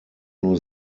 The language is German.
nur